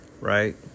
right